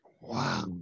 Wow